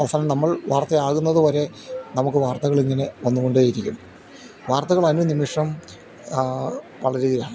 അവസാനം നമ്മൾ വാർത്ത ആകുന്നത് വരെ നമുക്ക് വാർത്തകളിങ്ങനെ വന്ന് കൊണ്ടേയിരിക്കും വാർത്തകൾ അനുനിമിഷം വളരുകയാണ്